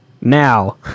now